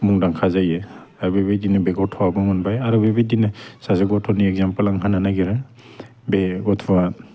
मुंदांखा जायो आरो बेबायदिनो बे गथ'आबो मोनबाय आरो बेबायदिनो सासे गथ'नि इग्जामपोल आं होनो नागिरो बे गथ'आ